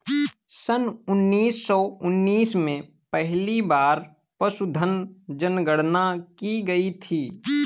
सन उन्नीस सौ उन्नीस में पहली बार पशुधन जनगणना की गई थी